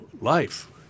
life